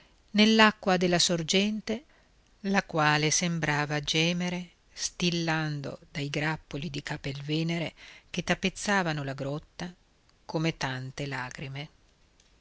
nell'acqua della sorgente la quale sembrava gemere stillando dai grappoli di capelvenere che tappezzavano la grotta come tante lagrime